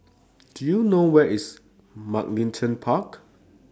Do YOU know Where IS Mugliston Park